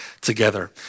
together